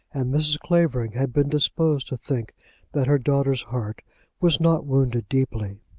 and mrs. clavering had been disposed to think that her daughter's heart was not wounded deeply.